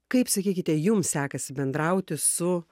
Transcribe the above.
kaip sakykite jum sekasi bendrauti su